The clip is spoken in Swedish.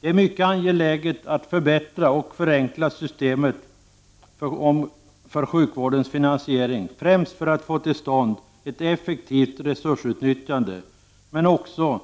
Det är mycket angeläget att systemet avseende sjukvårdens finansiering förbättras och förenklas — främst för att få till stånd ett effektivt resursutnyttjande, men också